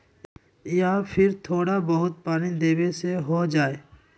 या फिर थोड़ा बहुत पानी देबे से हो जाइ?